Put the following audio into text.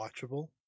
watchable